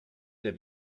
der